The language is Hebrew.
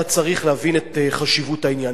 אתה צריך להבין את חשיבות העניין.